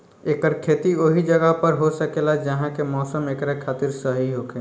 एकर खेती ओहि जगह पर हो सकेला जहा के मौसम एकरा खातिर सही होखे